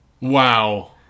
Wow